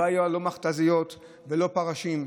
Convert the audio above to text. לא היו לא מכת"זיות ולא פרשים.